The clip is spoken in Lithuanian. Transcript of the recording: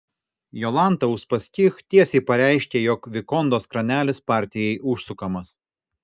jolanta uspaskich tiesiai pareiškė jog vikondos kranelis partijai užsukamas